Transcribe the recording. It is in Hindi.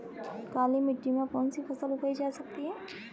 काली मिट्टी में कौनसी फसल उगाई जा सकती है?